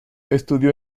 estudió